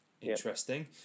Interesting